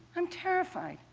i'm terrified.